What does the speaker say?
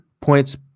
points